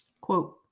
Quote